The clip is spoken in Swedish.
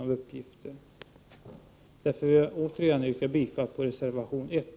Jag vill därför återigen yrka bifall till reservation nr 1.